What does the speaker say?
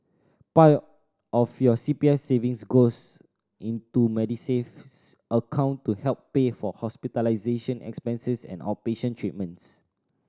part of your C P F savings goes into Medisave account to help pay for hospitalization expenses and outpatient treatments